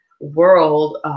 world